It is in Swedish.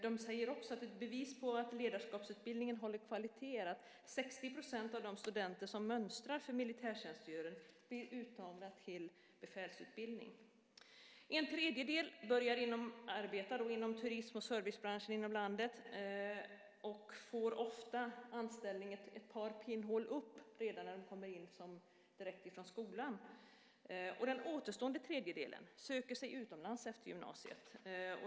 De säger också att ett bevis på att en ledarskapsutbildning håller kvaliteten är att 60 % av de studenter som mönstrar för militärtjänstgöring blir uttagna till befälsutbildning. En tredjedel börjar arbeta inom turism och servicebranschen inom landet. De får ofta anställning ett par pinnhål upp redan när de kommer direkt från skolan. Den återstående tredjedelen söker sig utomlands efter gymnasiet.